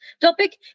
topic